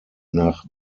nach